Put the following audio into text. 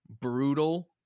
brutal